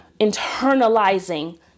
internalizing